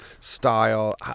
style